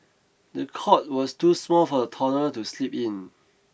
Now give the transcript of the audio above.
the cot was too small for the toddler to sleep in